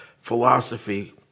philosophy